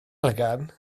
elgan